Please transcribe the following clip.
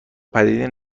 پدیده